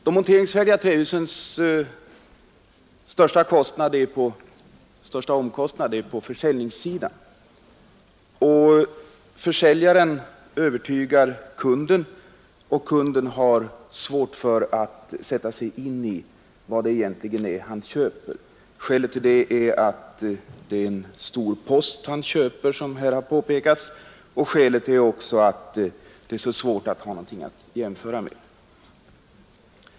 De monteringsfärdiga trähusen har en stor omkostnad på försäljningssidan. Försäljaren övertygar kunden, som har svårt att sätta sig in i vad han egentligen köper. Dels är det är en stor post, som köps, dels är det svårt att få någonting att jämföra med.